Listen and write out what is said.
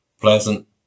pleasant